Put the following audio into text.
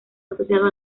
asociado